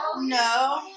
No